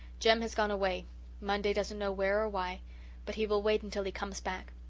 jem has gone away monday doesn't know where or why but he will wait until he comes back.